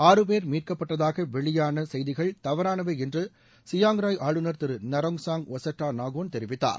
ஆறு பேர் மீட்கப்பட்டதாக வெளியான செய்திகள் தவறானவை என்று சியாங் ராய் ஆளுநர் திரு நரோங்சாக் ஒசட்டாநாகோன் தெரிவித்தார்